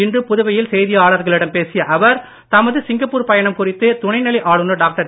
இன்று புதுவையில் செய்தியாளர்களிடம் பேசிய அவர் தமது சிங்கப்பூர் பயணம் குறித்து துணைநிலை ஆளுனர் டாக்டர்